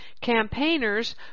Campaigners